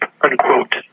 unquote